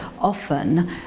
often